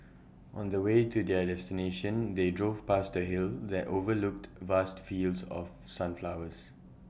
on the way to their destination they drove past A hill that overlooked vast fields of sunflowers